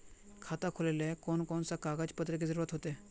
खाता खोलेले कौन कौन सा कागज पत्र की जरूरत होते?